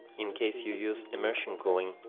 in case you use immersion cooling.